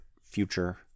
future